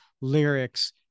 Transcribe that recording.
lyrics